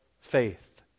faith